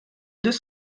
deux